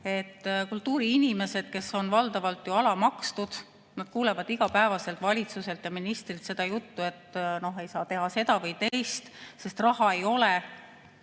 Kultuuriinimesed, kes on valdavalt ju alamakstud, kuulevad iga päev valitsuselt ja ministrilt seda juttu, et ei saa teha seda või teist, sest raha ei ole,